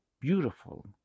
beautiful